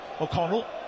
O'Connell